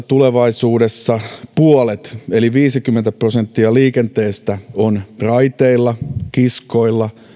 tulevaisuudessa puolet eli viisikymmentä prosenttia liikenteestä on raiteilla kiskoilla